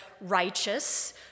righteous